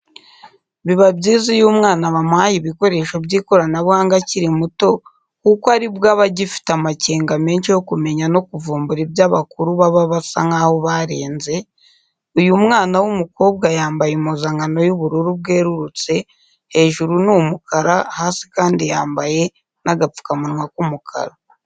Biba byiza iyo umwana bamuhaye ibikoresho by'ikoranabuhanga akiri muto kuko aribwo aba agifite amakenga menshi yo kumenya no kuvumbura ibyo abakuru baba basa nkaho barenze, uyu mwana w'umukobwa yambaye impuzankano y'ubururu bwerurutse hejuru n'umukara hasi kandi yambaye n'agapfukamunwa k'umukara.